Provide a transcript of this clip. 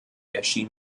erschien